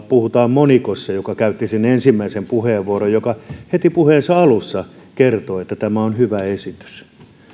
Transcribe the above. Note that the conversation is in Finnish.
puhutaan monikossa edustaja kontulasta joka käytti ensimmäisen puheenvuoron ja joka heti puheensa alussa kertoi että tämä on hyvä esitys